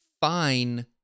fine